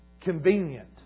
convenient